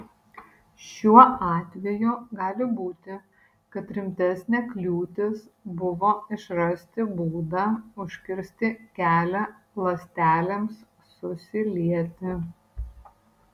šiuo atveju gali būti kad rimtesnė kliūtis buvo išrasti būdą užkirsti kelią ląstelėms susilieti